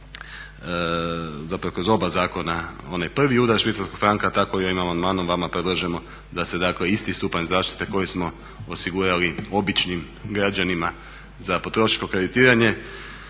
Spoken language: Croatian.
zapravo kroz oba zakona onaj prvi udar švicarskog franka tako i ovim amandmanom vama predlažemo da se dakle isti stupanj zaštite koji smo osigurali običnim građanima za potrošačko kreditiranje